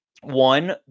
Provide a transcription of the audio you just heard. One